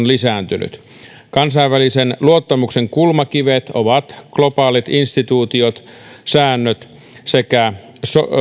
lisääntyneet kansainvälisen luottamuksen kulmakivet ovat globaalit instituutiot säännöt sekä